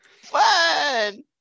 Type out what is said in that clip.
Fun